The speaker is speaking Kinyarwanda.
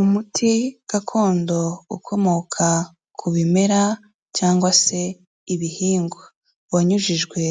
Umuti gakondo ukomoka ku bimera cyangwa se ibihingwa wanyujijwe